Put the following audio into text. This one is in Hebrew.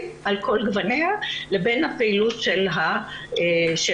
על כל גווניה לבין הפעילות של הכנסת.